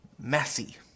messy